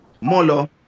Molo